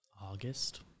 August